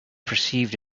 perceived